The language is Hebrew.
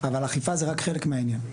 אבל אכיפה זה רק חלק מהעניין.